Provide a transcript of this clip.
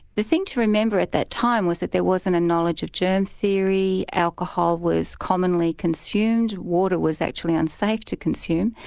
the thing to remember at that time was that there wasn't a knowledge of germ theory, alcohol was commonly consumed, water was actually unsafe to consume,